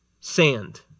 sand